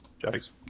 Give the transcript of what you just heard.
Jags